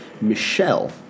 Michelle